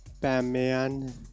Batman